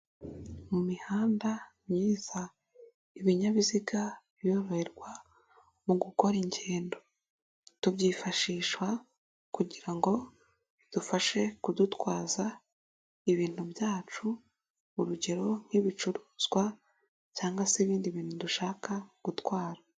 Mu mihanda myiza ibinyabiziga biroroherwa mu gukora ingendo, tubyifashisha kugira bidufashe kudutwaza ibintu byacu urugero nk'ibicuruzwa cyangwag se ibindi bintu dushaka gutwara.